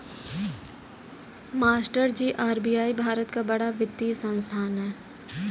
मास्टरजी आर.बी.आई भारत का बड़ा वित्तीय संस्थान है